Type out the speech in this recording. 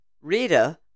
Rita